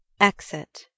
Exit